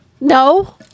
No